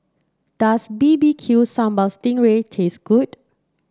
does B B Q Sambal Sting Ray taste good